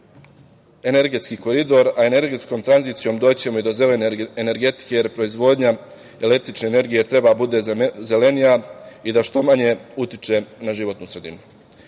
energetski koridor, a energetskom tranzicijom doći ćemo i do zelene energetike, jer proizvodnja električne energije treba da bude zelenija i da što manje utiče na životnu sredinu.